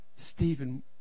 Stephen